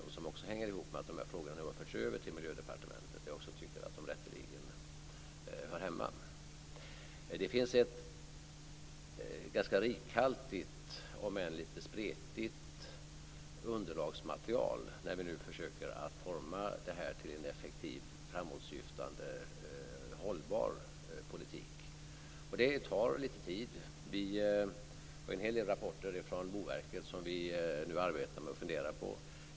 Det hänger också ihop med att dessa frågor har förts över till Miljödepartementet, där jag tycker att de rätteligen hör hemma. Det finns ett ganska rikhaltigt, om än lite spretigt, underlagsmaterial när vi nu försöker forma en effektiv, framåtsyftande och hållbar politik. Det tar lite tid. Vi har en hel del rapporter från Boverket som vi nu arbetar med och funderar på.